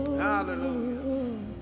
Hallelujah